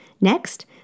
Next